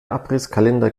abrisskalender